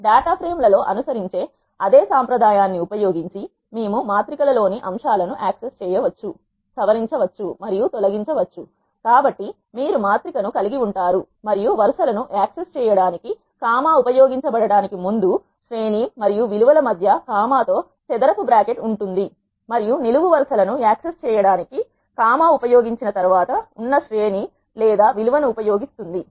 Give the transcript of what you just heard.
data frame ల లో అనుసరించే అదే సాంప్రదాయాన్ని ఉపయోగించి మేము మాత్రిక ల లోని అంశాలను యాక్సెస్ చేయవచ్చు సవరించవచ్చు మరియు తొలగించవచ్చు కాబట్టి మీరు మాత్రిక ను కలిగి ఉంటారు మరియు వరుస లను యాక్సెస్ చేయడానికి కామా ఉపయోగించబడటానికి ముందు శ్రేణి మరియు విలువల మధ్య కా మాతో చదరపు బ్రాకెట్ ఉంటుంది మరియు నిలువు వరుస లను యాక్సెస్ చేయడానికి కామా ఉపయోగించిన తర్వాత ఉన్న శ్రేణి లేదా విలువను ఉపయోగిస్తుంది